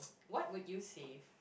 what would you save